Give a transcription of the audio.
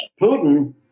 Putin